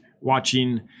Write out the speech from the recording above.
watching